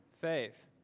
faith